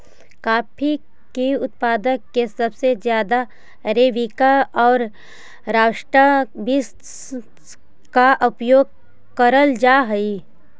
coffee के उत्पादन में सबसे ज्यादा अरेबिका और रॉबस्टा बींस का उपयोग करल जा हई